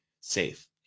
safe